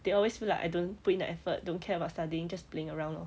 they always feel like I don't put in the effort don't care about studying just playing around lor